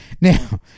Now